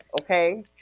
Okay